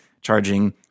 charging